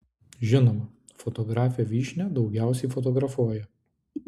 žinoma fotografė vyšnia daugiausiai fotografuoja